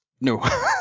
no